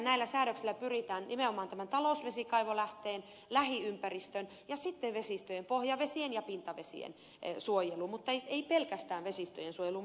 näillä säädöksillä siis pyritään nimenomaan tämän talousvesikaivolähteen lähiympäristön ja sitten myös vesistöjen pohjavesien ja pintavesien suojeluun mutta ei mitenkään pelkästään vesistöjen suojeluun